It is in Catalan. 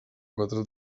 quatre